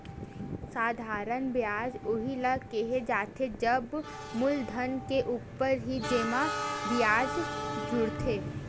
साधारन बियाज उही ल केहे जाथे जब मूलधन के ऊपर ही जेमा बियाज जुड़थे